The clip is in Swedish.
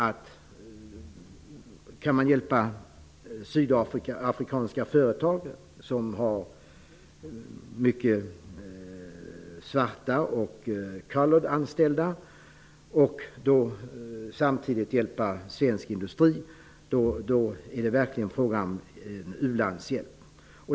Om man kan hjälpa sydafrikanska företag som har många svarta, ''coloured'', anställda samtidigt som svensk industri får stöd, anser jag att det verkligen är fråga om u-landshjälp.